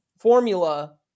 formula